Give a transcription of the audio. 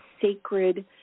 sacred